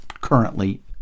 currently